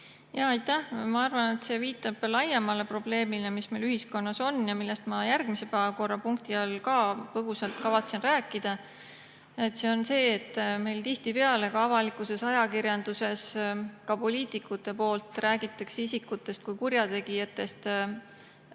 Aitäh! Ma arvan, et see viitab laiemale probleemile, mis meil ühiskonnas on ja millest ma järgmise päevakorrapunkti all ka põgusalt kavatsen rääkida. See on see, et meil tihtipeale avalikkuses, ajakirjanduses, ka poliitikute poolt räägitakse isikutest kui kurjategijatest,